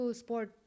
sport